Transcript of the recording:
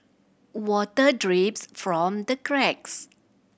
water drips from the cracks